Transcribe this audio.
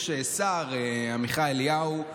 יש שר עמיחי אליהו.